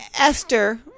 Esther